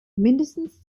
mindestens